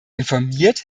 informiert